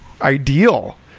ideal